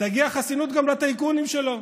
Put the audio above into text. תגיע חסינות גם לטייקונים שלו,